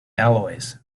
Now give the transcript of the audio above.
alloys